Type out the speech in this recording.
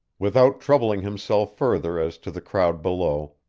without troubling himself further as to the crowd below,